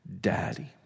daddy